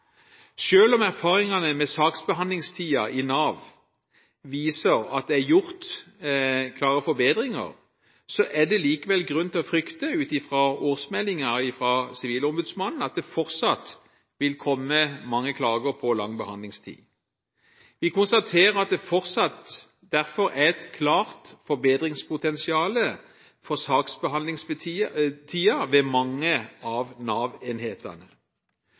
om erfaringene med saksbehandlingstiden i Nav viser at det er gjort klare forbedringer, er det likevel grunn til å frykte, ut fra årsmeldingen fra Sivilombudsmannen, at det fortsatt vil komme mange klager på lang behandlingstid. Vi konstaterer derfor at det fortsatt er et klart forbedringspotensial for saksbehandlingstiden ved mange av